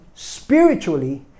spiritually